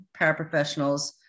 paraprofessionals